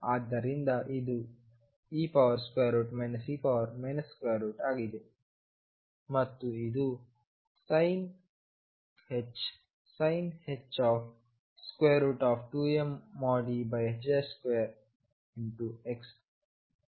ಆದ್ದರಿಂದ ಇದುe e ಆಗಲಿದೆ ಮತ್ತು ಇದು sinh 2mE2x ಆಗಲಿದೆ